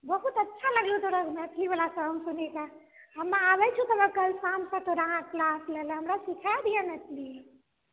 बहुत अच्छा लागलौ तोरा मैथिली वाला सॉङ्ग सुनिकऽ हमे आबै छियौ कल शाम तक तोरा क्लास लए लाऽ हमरा सिखाय दिहें मैथिली